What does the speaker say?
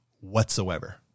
whatsoever